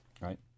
Right